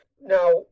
Now